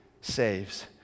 saves